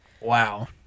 wow